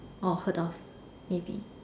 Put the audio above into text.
or heard of maybe